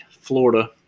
Florida